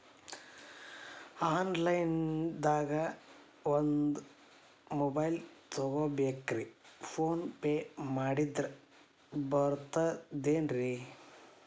Online ದಾಗ ಒಂದ್ mobile ತಗೋಬೇಕ್ರಿ ಫೋನ್ ಪೇ ಮಾಡಿದ್ರ ಬರ್ತಾದೇನ್ರಿ?